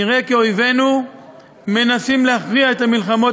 נראה כי אויבינו מנסים להכריע את המלחמות